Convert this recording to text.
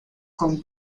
con